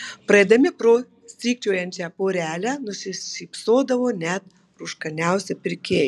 praeidami pro strykčiojančią porelę nusišypsodavo net rūškaniausi pirkėjai